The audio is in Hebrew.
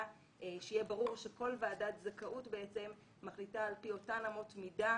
שיהיה ברור שכל ועדת זכאות מחליטה על פי אותן אמות מידה,